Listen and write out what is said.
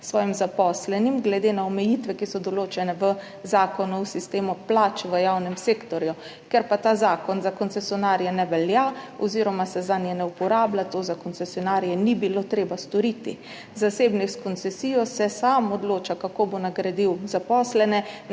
svojim zaposlenim glede na omejitve, ki so določene v Zakonu o sistemu plač v javnem sektorju. Ker pa ta zakon za koncesionarje ne velja oziroma se zanje ne uporablja, tega za koncesionarje ni bilo treba storiti. Zasebnik s koncesijo se sam odloča, kako bo nagradil zaposlene.